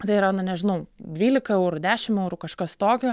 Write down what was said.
tai yra nu nežinau dvylika eurų dešimt eurų kažkas tokio